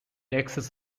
excess